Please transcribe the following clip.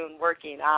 working